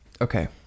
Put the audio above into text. Okay